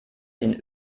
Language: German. den